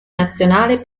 nazionale